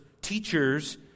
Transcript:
teachers